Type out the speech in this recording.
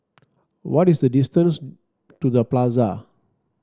what is the distance to The Plaza